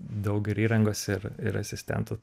daug ir įrangos ir ir asistentų